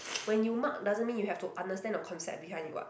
when you mug doesn't mean you have to understand the concept behind it [what]